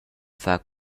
far